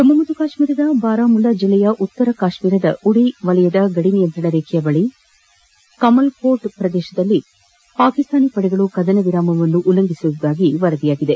ಜಮ್ಮು ಮತ್ತು ಕಾಶ್ಮೀರದ ಬಾರಾಮುಲ್ಲಾ ಜಿಲ್ಲೆಯ ಉತ್ತರ ಕಾಶ್ಮೀರದ ಉರಿ ವಲಯದ ಗದಿ ನಿಯಂತ್ರಣ ರೇಖೆಯ ಬಳಿ ರಾಮಲ್ಕೋಟೆ ಪ್ರದೇಶದಲ್ಲಿ ಪಾಕಿಸ್ತಾನ ಪಡೆಗಳು ಕದನ ವಿರಾಮ ಉಲ್ಲಂಘಿಸಿರುವುದಾಗಿ ವರದಿಯಾಗಿದೆ